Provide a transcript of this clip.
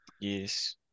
yes